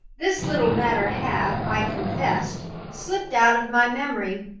this little matter had, i confess, slipped out of my memory.